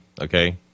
okay